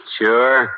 sure